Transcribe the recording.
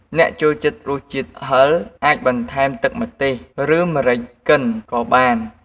អ្នកចូលចិត្តរសជាតិហឹរ អាចបន្ថែមទឹកម្ទេស ឬម្រេចកិនក៏បាន។